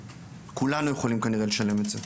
כולנו יכולים לשלם את זה.